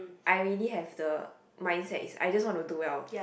I already have the mindset is I just want to do well